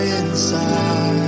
inside